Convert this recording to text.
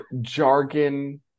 jargon